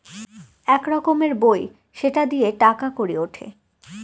এক রকমের বই সেটা দিয়ে টাকা কড়ি উঠে